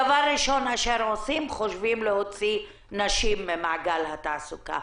דבר ראשון שעושים הוא שחושבים להוציא נשים ממעגל התעסוקה.